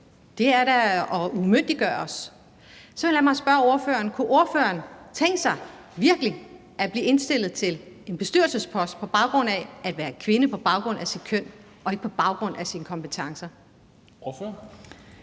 Det er da at umyndiggøre os. Så lad mig spørge ordføreren: Kunne ordføreren virkelig tænke sig at blive indstillet til en bestyrelsespost på baggrund af at være kvinde, på baggrund af sit køn, og ikke på baggrund af sine kompetencer? Kl.